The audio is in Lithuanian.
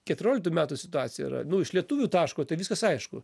keturioliktų metų situacija yra nu iš lietuvių taško tai viskas aišku